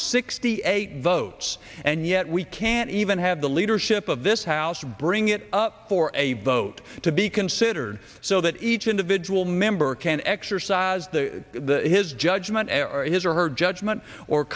sixty eight votes and yet we can't even have the leadership of this house bring it up for a vote to be considered so that each individual member can exercise his judgment and his or her judgment or